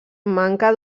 manca